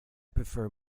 prefer